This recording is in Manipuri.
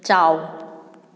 ꯆꯥꯎ